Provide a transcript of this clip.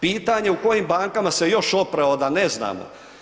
Pitanje u kojim bankama se još oprao, a da ne znamo.